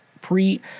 pre